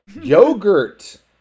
Yogurt